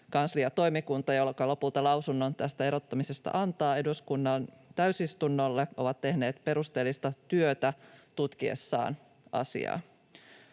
kansliatoimikunta, joka lopulta lausunnon tästä erottamisesta antaa eduskunnan täysistunnolle, ovat tehneet perusteellista työtä tutkiessaan asiaa.